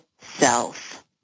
self